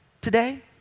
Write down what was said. today